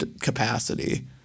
capacity